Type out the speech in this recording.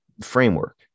framework